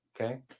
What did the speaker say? okay